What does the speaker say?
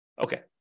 Okay